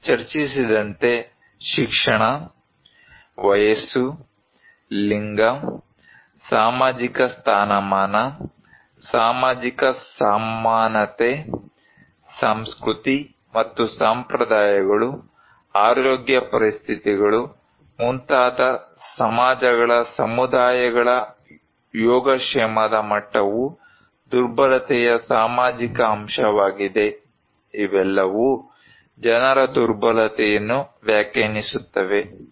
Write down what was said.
ನಾವು ಚರ್ಚಿಸಿದಂತೆ ಶಿಕ್ಷಣ ವಯಸ್ಸು ಲಿಂಗ ಸಾಮಾಜಿಕ ಸ್ಥಾನಮಾನ ಸಾಮಾಜಿಕ ಸಮಾನತೆ ಸಂಸ್ಕೃತಿ ಮತ್ತು ಸಂಪ್ರದಾಯಗಳು ಆರೋಗ್ಯ ಪರಿಸ್ಥಿತಿಗಳು ಮುಂತಾದ ಸಮಾಜಗಳ ಸಮುದಾಯಗಳ ಯೋಗಕ್ಷೇಮದ ಮಟ್ಟವು ದುರ್ಬಲತೆಯ ಸಾಮಾಜಿಕ ಅಂಶವಾಗಿದೆ ಇವೆಲ್ಲವೂ ಜನರ ದುರ್ಬಲತೆಯನ್ನು ವ್ಯಾಖ್ಯಾನಿಸುತ್ತವೆ